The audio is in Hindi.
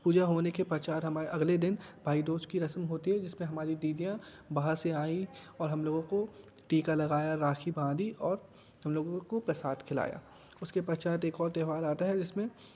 पूजा होने के पश्चात हम अगले दिन भाई दूज की रस्म होती है जिसमें हमारी दीदियाँ बाहर से आई और हम लोगों को टीका लगाया राखी बांधी और हम लोगों को प्रसाद खिलाया उसके पश्चात एक और त्योहार आता है जिसमें